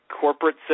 corporate